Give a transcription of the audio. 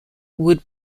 would